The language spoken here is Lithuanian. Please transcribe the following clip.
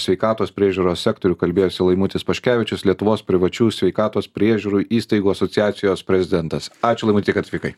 sveikatos priežiūros sektorių kalbėjosi laimutis paškevičius lietuvos privačių sveikatos priežiūrų įstaigų asociacijos prezidentas ačiū laimuti kad atvykai